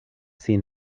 sin